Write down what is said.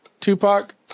Tupac